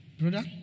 Brother